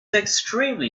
extremely